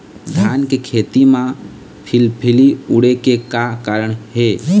धान के खेती म फिलफिली उड़े के का कारण हे?